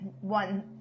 one